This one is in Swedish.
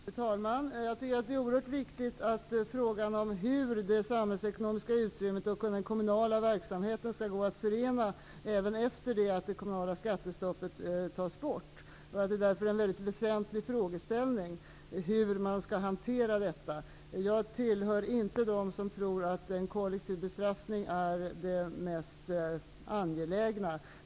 Fru talman! Jag tycker att det är oerhört viktigt att diskutera hur det samhällsekonomiska utrymmet och den kommunala verksamheten skall gå att förena även efter det att det kommunala skattestoppet tas bort. Det är därför en mycket väsentlig frågeställning hur man skall hantera detta. Jag tillhör inte dem som tror att en kollektiv bestraffning är det mest angelägna.